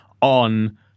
on